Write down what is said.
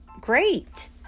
great